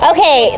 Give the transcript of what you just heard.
Okay